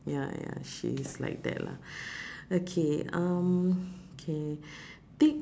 ya ya she's like that lah okay um K thi~